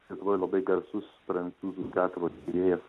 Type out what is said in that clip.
lietuvoj labai garsus prancūzų teatro tyrėjas